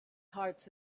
hearts